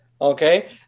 okay